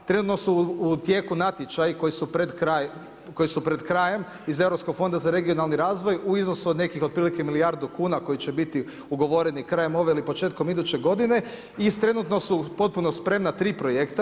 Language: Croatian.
Trenutno su u tijeku natječaji koji su pred krajem iz Europskog fonda za regionalni razvoj u iznosu od nekih otprilike milijardu kuna koji će biti ugovoreni krajem ove ili početkom iduće godine i trenutno su potpuno spremna tri projekta.